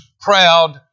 proud